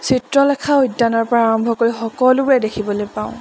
চিত্ৰলেখা উদ্যানৰপৰা আৰম্ভ কৰি সকলোবোৰে দেখিবলৈ পাওঁ